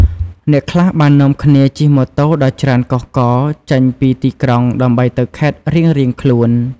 អ្នកខ្លះបាននាំគ្នាជិះម៉ូតូដ៏ច្រើនកុះករចេញពីទីក្រុង ដើម្បីទៅខេត្តរៀងៗខ្លួន។